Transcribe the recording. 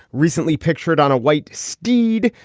recently pictured on a white steed,